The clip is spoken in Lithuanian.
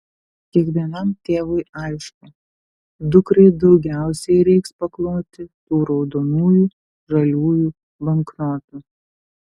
kiekvienam tėvui aišku dukrai daugiausiai reiks pakloti tų raudonųjų žaliųjų banknotų